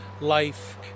life